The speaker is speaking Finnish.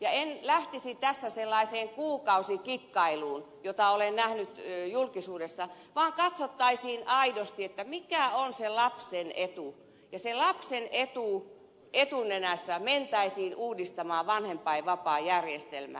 en lähtisi tässä sellaiseen kuukausikikkailuun jota olen nähnyt julkisuudessa vaan katsottaisiin aidosti mikä on se lapsen etu ja se lapsen etu etunenässä mentäi siin uudistamaan vanhempainvapaajärjestelmää